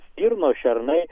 stirnos šernai